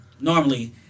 normally